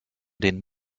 den